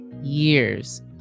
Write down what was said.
years